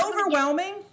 overwhelming